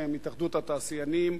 שהם התאחדות התעשיינים,